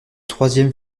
troisième